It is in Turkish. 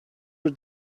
bir